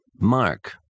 mark